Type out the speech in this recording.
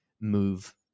move